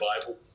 Bible